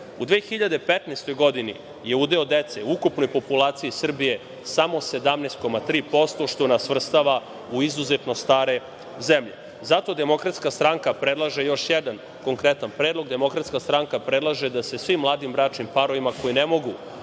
2015. godini je udeo dece u ukupnoj populaciji Srbije samo 17,3%, što nas svrstava u izuzetno stare zemlje. Zato Demokratska stranka predlaže još jedan konkretan predlog. Demokratska stranka predlaže da se svim mladim bračnim parovima koji ne mogu